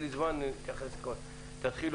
משהו